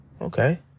Okay